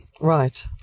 Right